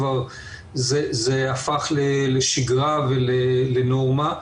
כבר זה הפך לשגרה ולנורמה,